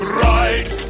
ride